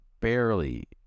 barely